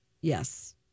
Yes